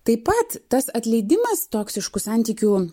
taip pat tas atleidimas toksiškų santykių